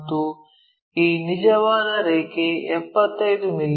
ಮತ್ತು ಈ ನಿಜವಾದ ರೇಖೆ 75 ಮಿ